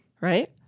right